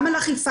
גם על אכיפה.